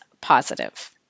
positive